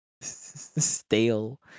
stale